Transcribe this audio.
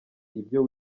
ibyo